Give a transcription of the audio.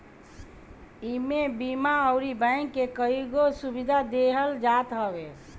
इमे बीमा अउरी बैंक के कईगो सुविधा देहल जात हवे